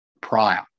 prior